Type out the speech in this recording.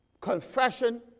confession